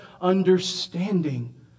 understanding